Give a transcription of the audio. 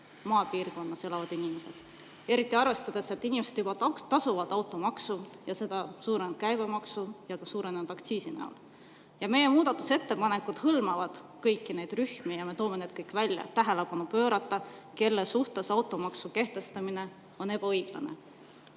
maapiirkonnas elavad inimesed – eriti arvestades, et inimesed juba tasuvad automaksu suurema käibemaksu ja suurenenud aktsiisi näol. Meie muudatusettepanekud hõlmavad kõiki neid rühmi ja me toome need kõik välja, et tähelepanu pöörata, kelle suhtes automaksu kehtestamine on ebaõiglane. Aga